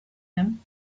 him